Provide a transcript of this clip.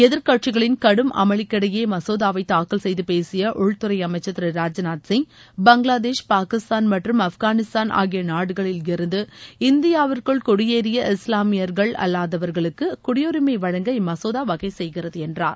எதிர்க்கட்சிகளின் கடும் அமளிக்கிடையே இம்மசோதவை தாக்கல் செய்து பேசிய உள்துறை அமைச்சர் திரு ராஜ்நாத் சிங் பங்களாதேஷ் பாகிஸ்தான் மற்றும் ஆப்கானிஸ்தான் ஆகிய நாடுகளில் இருந்து இந்தியாவிற்குள் குடியேறிய இஸ்வாமியர்கள் அல்வாதவர்களுக்கு குடியுரிமை வழங்க இம்மசோதா வகைசெய்கிறது என்றார்